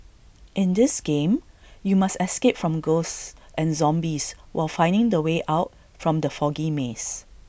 in this game you must escape from ghosts and zombies while finding the way out from the foggy maze